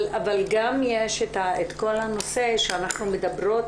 אבל גם יש את כל הנושא שאנחנו מדברות